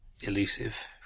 elusive